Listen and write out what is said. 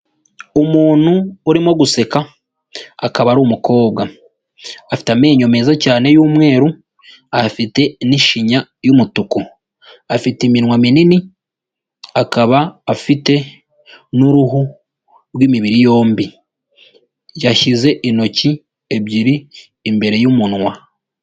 Umuntu urimo guseka akaba ari umukobwa afite amenyo meza cyane y'umweru afite n'ishinya y'umutuku, afite iminwa minini akaba afite n'uruhu rw'imibiri yombi, yashyize intoki ebyiri imbere y'umunwa.